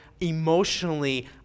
emotionally